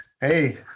hey